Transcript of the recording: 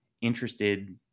interested